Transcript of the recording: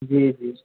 जी जी